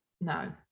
No